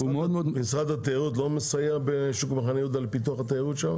משרד התיירות לא מסייע לפיתוח התיירות בשוק מחנה יהודה?